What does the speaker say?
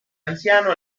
anziano